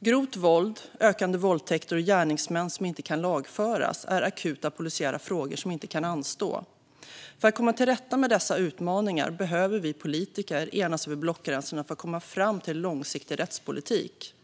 Grovt våld, ett ökat antal våldtäkter och gärningsmän som inte kan lagföras är akuta polisiära frågor som inte kan anstå. För att komma till rätta med dessa utmaningar behöver vi politiker enas över blockgränserna för att komma fram till en långsiktig rättspolitik.